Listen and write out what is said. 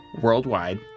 worldwide